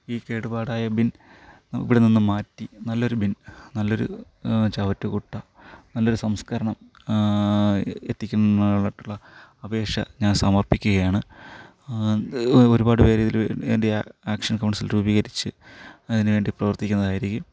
ഈ കേടുപാടായ ബിൻ ഇവിടെ നിന്നും മാറ്റി നല്ലൊരു ബിൻ നല്ലൊരു ചവറ്റുകുട്ട നല്ലൊരു സംസ്കരണം എത്തിക്കുന്നതായിട്ടുള്ള അപേക്ഷ ഞാൻ സമർപ്പിക്കുകയാണ് ഇത് ഒരുപാട് പേർ ഇതിന് വേണ്ടി ആക്ഷൻ കൗൺസിൽ രൂപീകരിച്ച് അതിന് വേണ്ടി പ്രവർത്തിക്കുന്നതായിരിക്കും